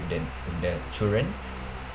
with the with the children